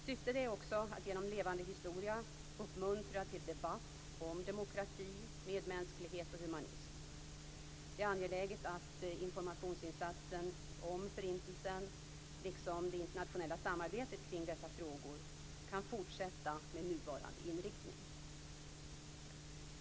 Syftet är också att genom Levande historia uppmuntra till debatt om demokrati, medmänsklighet och humanism. Det är angeläget att informationsinsatsen om Förintelsen, liksom det internationella samarbetet kring dessa frågor, kan fortsätta med nuvarande inriktning.